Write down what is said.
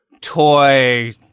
toy